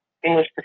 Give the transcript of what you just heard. English